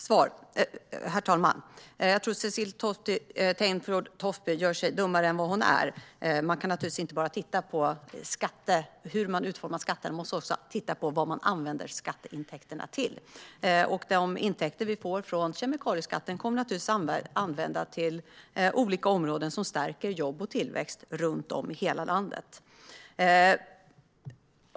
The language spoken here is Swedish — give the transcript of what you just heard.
Herr talman! Jag tror att Cecilie Tenfjord-Toftby gör sig dummare än vad hon är. Man kan naturligtvis inte bara titta på hur man utformar skatter; man måste också titta på vad man använder skatteintäkterna till. De intäkter vi får från kemikalieskatten kommer vi att använda till olika områden som stärker jobb och tillväxt runt om i hela landet.